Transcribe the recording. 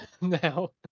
now